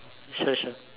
sure sure